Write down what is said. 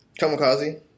Kamikaze